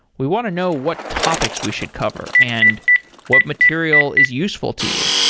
we want to know what topics we should cover and what material is useful to you.